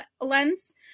lens